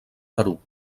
perú